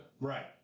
Right